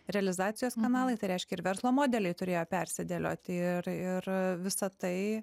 realizacijos kanalai tai reiškia ir verslo modeliai turėjo persidėlioti ir ir visa tai